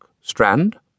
strand